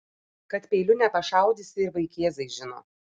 kad peiliu nepašaudysi ir vaikėzai žino